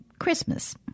Christmas